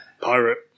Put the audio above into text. Pirate